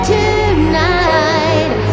tonight